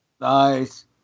nice